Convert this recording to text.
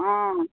অঁ